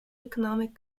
economic